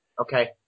Okay